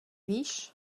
víš